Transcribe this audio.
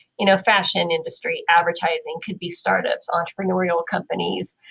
you know, fashion industry, advertising, could be startups entrepreneurial companies.